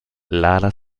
lala